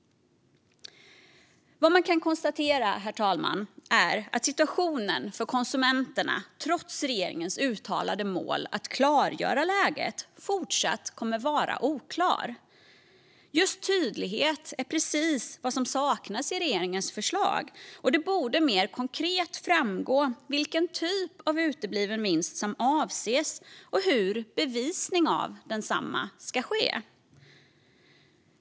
Vad man kan konstatera är att situationen för konsumenterna, trots regeringens uttalade mål att klargöra läget, fortsatt kommer att vara oklar. Just tydlighet är precis vad som saknas i regeringens förslag, och det borde mer konkret framgå vilken typ av utebliven vinst som avses och hur bevisning av densamma ska ske.